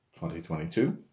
2022